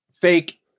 Fake